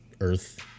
Earth